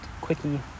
quickie